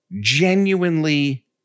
genuinely